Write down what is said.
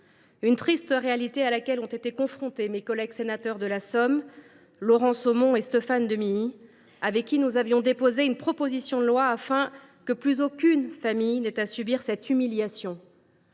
Une triste réalité à laquelle ont été confrontés mes collègues sénateurs de la Somme, Laurent Somon et Stéphane Demilly, avec lesquels j’avais déposé une proposition de loi, afin que plus aucune famille n’ait à subir cette humiliation,